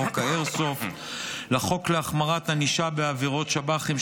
לחוק האיירסופט ולחוק להחמרת הענישה בעבירות שב"חים,